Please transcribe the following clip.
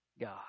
God